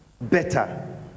better